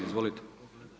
Izvolite.